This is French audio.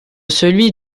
celui